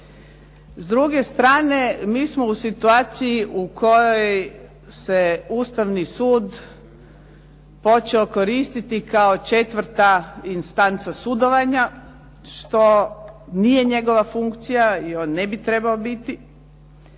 S druge strane, mi smo u situaciji u kojoj se Ustavni sud počeo koristiti kao 4. instanca sudovanja, što nije njegova funkcija i on ne bi trebao biti